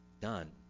done